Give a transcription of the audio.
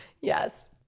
Yes